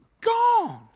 gone